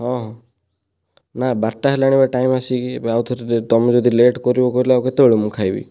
ହଁ ନା ବାରଟା ହେଲାଣି ବା ଟାଇମ୍ ଆସିକି ଏବେ ଆଉଥରେ ତୁମେ ଯଦି ଲେଟ୍ କରିବ କହିଲ ଆଉ କେତେବେଳେ ମୁଁ ଖାଇବି